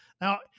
Now